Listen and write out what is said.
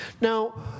Now